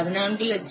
14 லட்சம் 65000